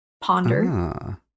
ponder